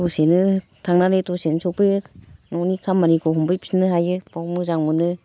दसेनो थांनानै दसेनो सौफैयो न'नि खामानिखौ हमफैफिन्नो हायो बेवनो मोजां मोनो